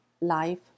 life